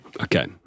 Okay